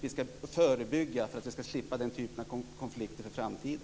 Vi ska förebygga, så att vi slipper den typen av konflikter i framtiden.